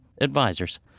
advisors